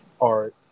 art